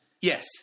Yes